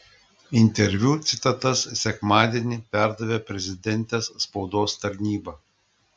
interviu citatas sekmadienį perdavė prezidentės spaudos tarnyba